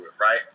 right